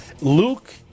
Luke